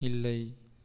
இல்லை